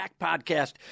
podcast